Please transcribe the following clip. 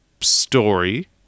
story